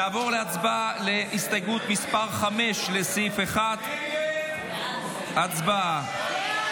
נעבור להצבעה על הסתייגות מס' 5, לסעיף 1. הצבעה.